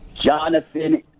Jonathan